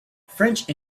french